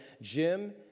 Jim